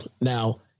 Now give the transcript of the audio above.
Now